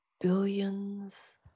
billions